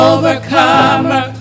Overcomer